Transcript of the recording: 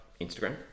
Instagram